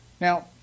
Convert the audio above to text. Now